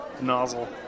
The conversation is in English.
nozzle